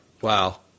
Wow